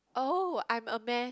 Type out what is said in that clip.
oh I'm a mess